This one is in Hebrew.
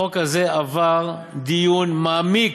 החוק הזה עבר דיון מעמיק,